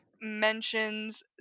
mentions